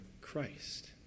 Christ